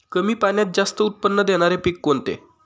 कमी पाण्यात जास्त उत्त्पन्न देणारे पीक कोणते?